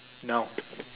now